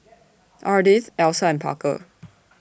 Ardith Elsa and Parker